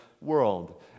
world